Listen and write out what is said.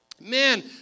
Man